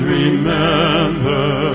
remember